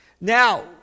Now